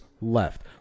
left